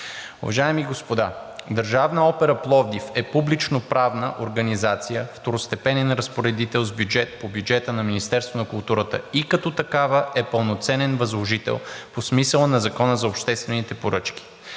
Уважаеми господа, Държавна опера – Пловдив, е публичноправна организация, второстепенен разпоредител по бюджета на Министерството на културата и като такава е пълноценен възложител по смисъла на Закона за обществените поръчки.